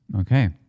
Okay